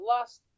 last